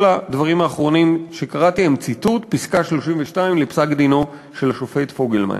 כל הדברים האחרונים שקראתי הם ציטוט פסקה 32 בפסק-דינו של השופט פוגלמן.